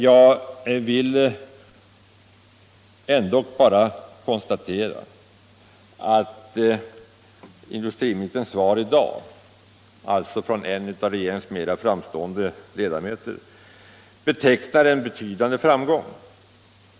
Jag vill ändock bara konstatera att industriministerns svar i dag — alltså ett svar från en av regeringens mera framstående ledamöter — betecknar en betydande framgång.